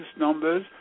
numbers